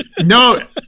No